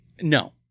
No